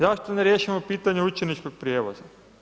Zašto ne riješimo pitanje učeničkog prijevoza?